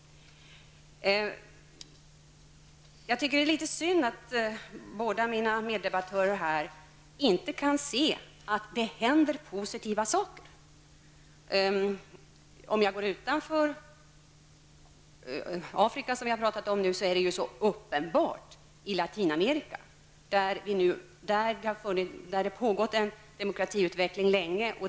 Jag tycker att det är litet synd att båda mina meddebattörer inte kan se att det händer positiva saker. Om vi går utanför Afrika, som vi nu talat om, är det uppenbart. I Latinamerika har det pågått en demokratiutveckling länge.